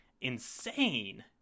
insane